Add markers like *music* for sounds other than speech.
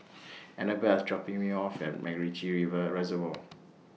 Anabel IS dropping Me off At Macritchie Reservoir *noise*